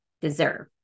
deserve